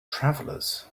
travelers